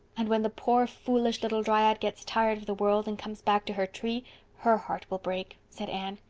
and when the poor, foolish little dryad gets tired of the world and comes back to her tree her heart will break, said anne.